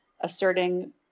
asserting